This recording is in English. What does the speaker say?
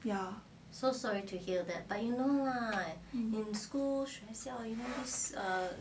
ya